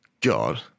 God